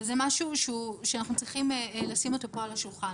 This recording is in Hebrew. וזה משהו שאנחנו צריכים לשים אותו פה על השולחן,